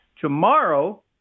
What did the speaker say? Tomorrow